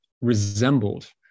resembled